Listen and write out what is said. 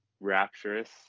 rapturous